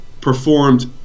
performed